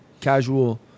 casual